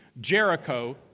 Jericho